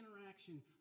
interaction